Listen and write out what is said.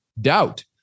Doubt